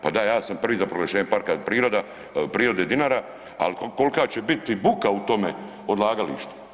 Pa da, ja sam prvi za proglašenje parka priroda, prirode Dinara, ali kolika će biti buka u tome odlagalištu.